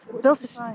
built